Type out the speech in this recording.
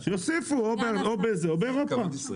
שיוסיפו או בזה או באירופה.